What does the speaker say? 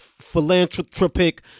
philanthropic